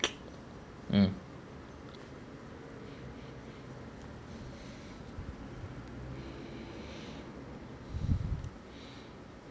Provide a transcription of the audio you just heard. mm